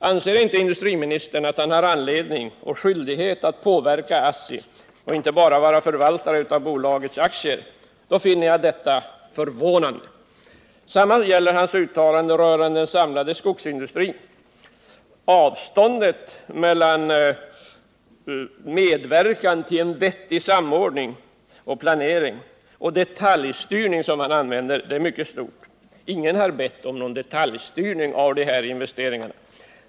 Anser inte industriministern att han har anledning och skyldighet att påverka ASSI och inte bara vara förvaltare av bolagets aktier? Något annat skulle jag finna förvånande. Samma gäller industriministerns uttalande rörande den samlade skogsindustrin. Avståndet mellan å ena sidan medverkan till en vettig samordning och planering och å andra sidan detaljstyrning som industriministern talar om är mycket stort. Ingen har bett om någon detaljstyrning av de här investeringarna.